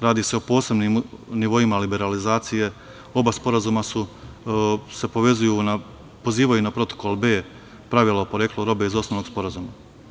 Radi se o posebnim nivoima liberalizacije, oba sporazuma se pozivaju na protokol B pravila o poreklu robe iz osnovnog sporazuma.